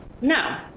No